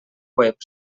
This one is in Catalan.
web